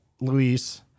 Luis